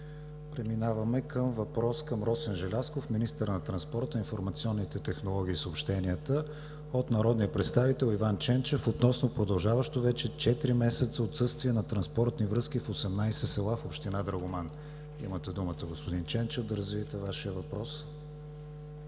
Преминаваме към въпрос към Росен Желязков – министър на транспорта, информационните технологии и съобщенията, от народния представител Иван Ченчев относно продължаващо вече четири месеца отсъствие на транспортни връзки в 18 села в община Драгоман. Имате думата, господин Ченчев, да развиете Вашия въпрос.